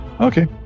Okay